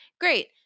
great